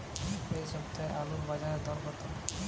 এ সপ্তাহে আলুর বাজারে দর কত?